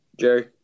Jerry